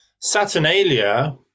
saturnalia